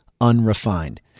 unrefined